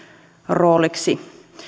rooliksi